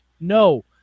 no